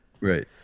right